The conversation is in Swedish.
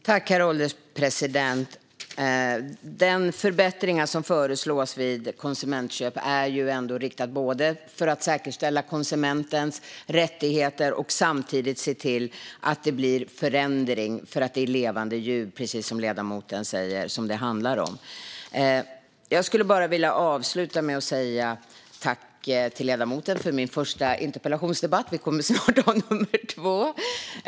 Herr ålderspresident! De förbättringar som föreslås vid konsumentköp är ändå riktade både till att säkerställa konsumentens rättigheter och till att se till att det blir förändring. Det handlar ju, precis som ledamoten säger, om levande djur. Jag skulle vilja avsluta med att säga tack till ledamoten för min första interpellationsdebatt. Vi kommer snart att ha nummer två!